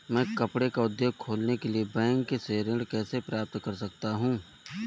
मैं कपड़े का उद्योग खोलने के लिए बैंक से ऋण कैसे प्राप्त कर सकता हूँ?